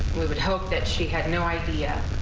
it helped that she had no idea.